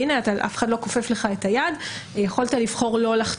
הטענה הייתה שאף אחד לא כופף להם את היד ולכן יכלו לבחור לא לחתום,